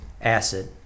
Acid